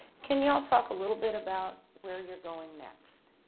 can you all talk a little bit about where you're going next?